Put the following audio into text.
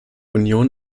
union